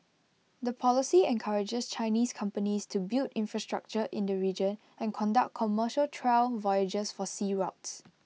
the policy encourages Chinese companies to build infrastructure in the region and conduct commercial trial voyages for sea routes